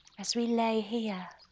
as we lay here,